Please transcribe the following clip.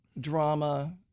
drama